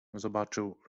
zobaczył